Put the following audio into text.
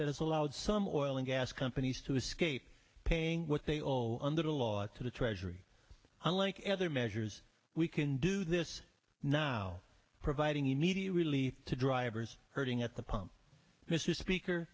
that has allowed some oil and gas companies to escape paying what they owe under the law to the treasury unlike any other measures we can do this now providing you need really to drivers hurting at the pump misses speaker